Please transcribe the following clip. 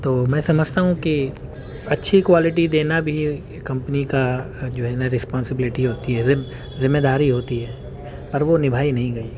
تو میں سمجھتا ہوں کہ اچھی کوالٹی دینا بھی کمپنی کا جو ہے نا رسپانسبلٹی ہوتی ہے ذمہ داری ہوتی ہے اور وہ نبھائی نہیں گئی